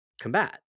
combat